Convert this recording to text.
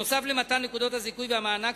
נוסף על מתן נקודות הזיכוי והמענק,